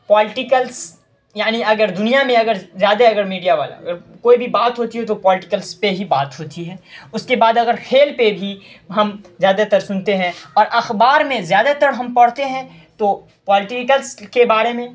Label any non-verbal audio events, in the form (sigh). political یعنی اگر دنیا میں اگر زیادہ اگر میڈیا والا کوئی بھی بات ہوتی ہو تو پولیٹیکل پہ ہی بات ہوتی ہے اس کے بعد اگر کھیل پہ بھی ہم زیادہ تر سنتے ہیں اور اخبار میں زیادہ تر ہم پڑھتے ہیں تو (unintelligible) کے بارے میں